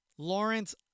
Lawrence